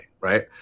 right